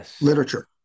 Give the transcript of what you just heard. literature